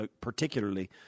particularly